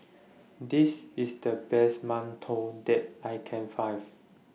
This IS The Best mantou that I Can Find